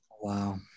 Wow